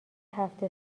هفت